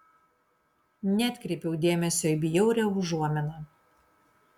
neatkreipiau dėmesio į bjaurią užuominą